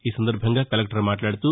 ఈ సందర్బంగా కలెక్లర్ మాట్లాడుతూ